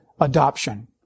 Adoption